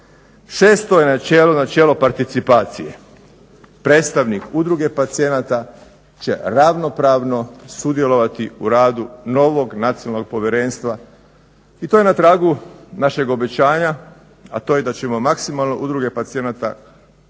načelo, načelo participacije. Predstavnik Udruge pacijenata će ravnopravno sudjelovati u radu novog nacionalnog povjerenstva. I to je na tragu našeg obećanja, a to je da ćemo maksimalno udruge pacijenata koristiti,